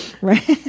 Right